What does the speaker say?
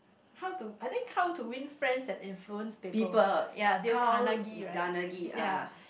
how to I think how to win friends and influence people ya Dale-Carnegie right ya